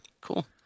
cool